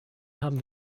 haben